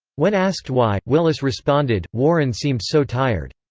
when asked why, willis responded, warren seemed so tired.